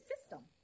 system